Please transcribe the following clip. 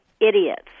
idiots